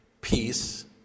Peace